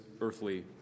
earthly